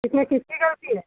इसमें किसकी गलती है